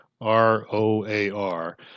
R-O-A-R